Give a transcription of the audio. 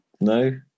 No